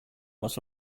much